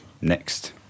next